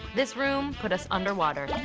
this room put us underwater.